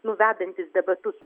nu vedantis debatus